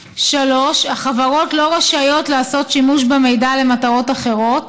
3. החברות לא רשאיות לעשות שימוש במידע למטרות אחרות,